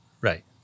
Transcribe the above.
Right